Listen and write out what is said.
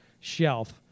shelf